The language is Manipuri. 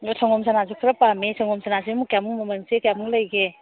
ꯁꯪꯒꯣꯝ ꯁꯅꯥꯁꯨ ꯈꯔ ꯄꯥꯝꯃꯦ ꯁꯪꯒꯣꯝ ꯁꯅꯥꯁꯦꯃꯨꯛ ꯀꯌꯥꯃꯨꯛ ꯃꯃꯜꯁꯦ ꯀꯌꯥꯃꯨꯛ ꯂꯩꯒꯦ